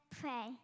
pray